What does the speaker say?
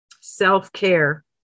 self-care